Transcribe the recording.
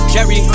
Jerry